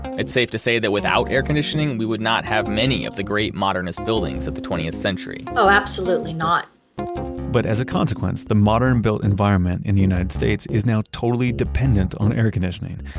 it's safe to say that without air conditioning, we would not have many of the great modernist buildings at the twentieth century oh, absolutely not but as a consequence, the modern built environment in the united states is now totally dependent on air conditioning.